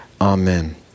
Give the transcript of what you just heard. Amen